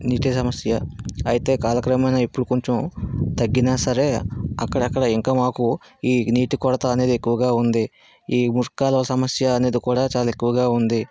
నీటి సమస్య అయితే కాలక్రమేణ ఇప్పుడు కొంచెం తగ్గినా సరే అక్కడక్కడ ఇంకా మాకు ఈ నీటి కొరత అనేది ఎక్కువగా ఉంది ఈ మురికి కాలువ సమస్య అనేది కూడా చాలా ఎక్కువగా ఉంది